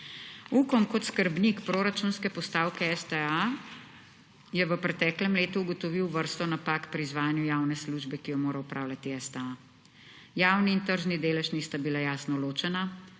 Ukom kot skrbnik proračunske postavke STA je v preteklem letu ugotovil vrsto napak pri izvajanju javne službe, ki jo mora opravljati STA. Javni in tržni delež nista bila jasno ločena.